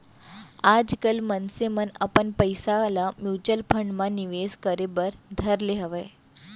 आजकल मनसे मन अपन पइसा ल म्युचुअल फंड म निवेस करे बर धर ले हवय